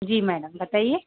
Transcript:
जी madam बताइए